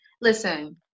listen